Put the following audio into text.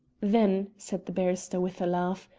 then, said the barrister, with a laugh,